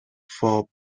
for